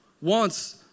wants